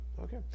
Okay